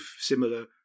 similar